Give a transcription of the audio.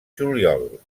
juliol